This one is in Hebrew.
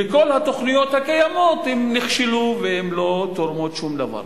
כל התוכניות הקיימות נכשלו ולא תורמות שום דבר.